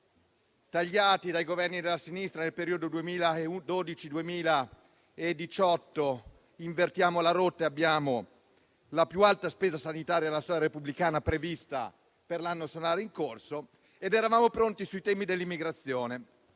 tagliati dai Governi della sinistra nel periodo 2012-2018 invertiamo la rotta e abbiamo la più alta spesa sanitaria nella storia repubblicana prevista per l'anno solare in corso. Eravamo pronti sui temi dell'immigrazione,